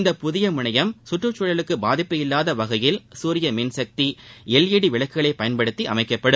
இந்த புதிய முனையம் கற்றுச்சூழலுக்கு பாதிப்பு இல்லாத வகையில் சூரியமின்சக்தி எல்ஈடி விளக்குகளை பயன்படுத்தி அமைக்கப்படும்